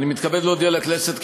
אני מתכבד להודיע לכנסת,